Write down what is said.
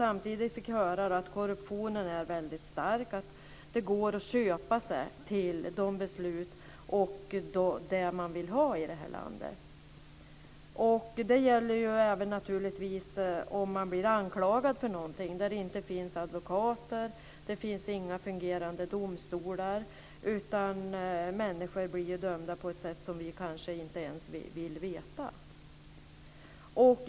Samtidigt fick vi höra att korruptionen är väldigt stark och att det går att köpa sig de beslut man vill ha i det här landet. Det gäller naturligtvis även om man blir anklagad för någonting. Det finns inga advokater och inga fungerande domstolar. Människor blir dömda på ett sätt vi kanske inte ens vill veta.